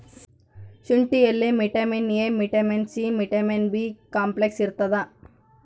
ಶುಂಠಿಯಲ್ಲಿ vitamin A vitamin C vitamin B complex ಇರ್ತಾದ